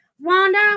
Wanda